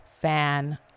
fan